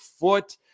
foot